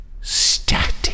static